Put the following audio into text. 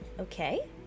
Okay